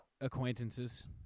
acquaintances